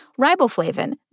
riboflavin